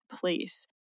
place